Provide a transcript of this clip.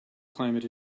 climate